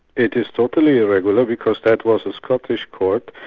it is totally irregular because that was a scottish court,